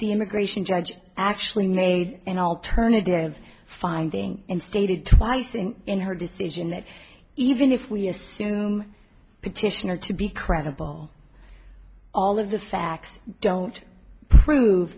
the immigration judge actually made an alternative finding and stated twice and in her decision that even if we assume petitioner to be credible all of the facts don't prove